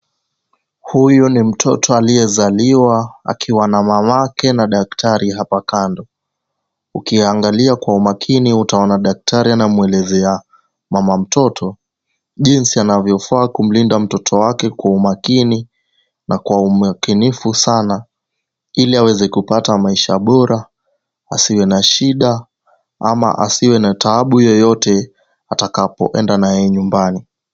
Huyu ni mtoto aliyezaliwa akiwa na mamake na daktari hapa kando. Ukiangalia kwa umakini utaona daktari anamwelezea mama mtoto jinsi anavyofaa kumlinda mtoto wake kwa umakini na kwa umakinifu sana ili aweze kupata maisha bora, asiwe na shida ama asiwe na taabu yoyote atakapoenda na yeye nyumbani.